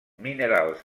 minerals